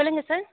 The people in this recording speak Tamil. சொல்லுங்கள் சார்